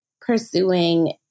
pursuing